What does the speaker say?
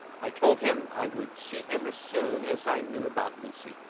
i told him i would see him as soon as i knew about lucy,